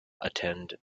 attend